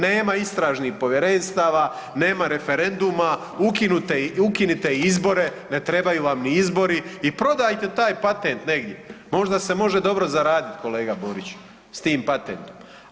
Nema istražnih povjerenstava, nema referenduma, ukinite i izbore, ne trebaju vam ni izbori i prodajte taj patent negdje, možda se može dobro zaraditi kolega Boriću s tim patentnom.